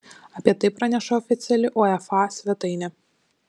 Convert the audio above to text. apie tai praneša oficiali uefa svetainė